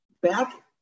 Back